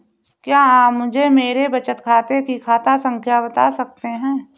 क्या आप मुझे मेरे बचत खाते की खाता संख्या बता सकते हैं?